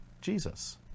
Jesus